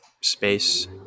space